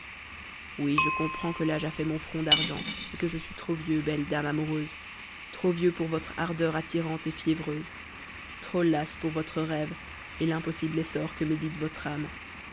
oui je comprends que t'âge a fait mon front d'argent et que je suis trop vieux beue dame amoureuse trop vieux pour votre ardeur attirante et névreuse trop las pour votre rêve et l'impossible essor que médite votre âme